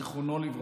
ז"ל,